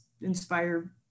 inspire